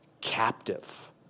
captive